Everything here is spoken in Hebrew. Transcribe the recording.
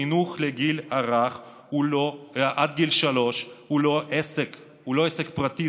החינוך עד גיל שלוש הוא לא עסק פרטי,